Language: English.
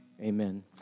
Amen